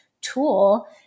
tool